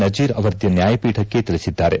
ನಜೀರ್ ಅವರಿದ್ದ ನ್ಯಾಯಪೀಠಕ್ಕೆ ತಿಳಿಸಿದ್ದಾರೆ